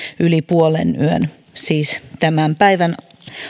yli puolenyön siis tämän päivän